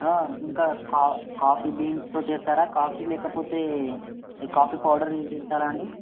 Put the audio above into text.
ఇంకా కా కాఫీ బీన్స్తో చేస్తారా కాఫీ లేకపోతే కాఫీ పౌడర్ యూజ్ చేస్తారా అండి